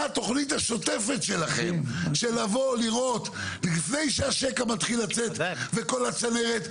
מה התוכנית השוטפת שלכם לפני שהשקע מתחיל לצאת וכל הצנרת?